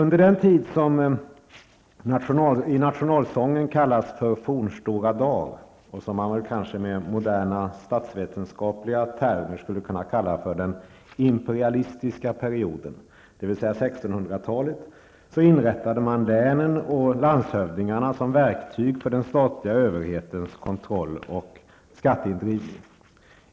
''fornstora dag'' -- och som man väl i mera moderna statsvetenskapliga termer skulle kunna kalla för den imperialistiska perioden -- dvs. 1600-talet, inrättades länen och landshövdingarna som verktyg för den statliga överhetens kontroll och skatteindrivning.